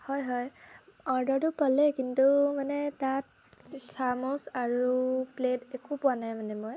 হয় হয় অৰ্ডাৰটো পালে কিন্তু তাত চামুচ আৰু প্লেট একো পোৱা নাই মানে মই